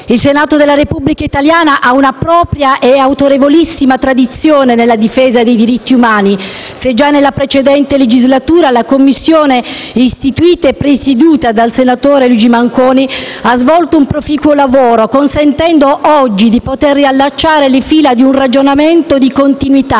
Il Senato della Repubblica italiana ha una propria e autorevolissima tradizione nella difesa dei diritti umani, se già nella precedente legislatura la Commissione istituita e presieduta dal senatore Luigi Manconi ha svolto un proficuo lavoro, consentendo oggi di poter riallacciare le fila di un ragionamento di continuità